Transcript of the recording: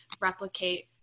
replicate